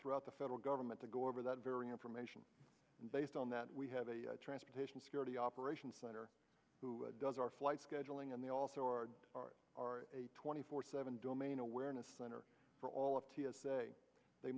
throughout the federal government to go over that very information based on that we have a transportation security operations center who does our flight scheduling and they also are a twenty four seven domain awareness center for all of t s a they